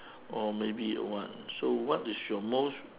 or maybe a want so what is your most